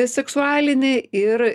seksualinį ir